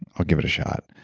i'll give it a shot.